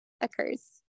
occurs